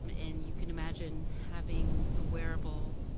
and you can imagine having a wearable,